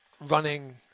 running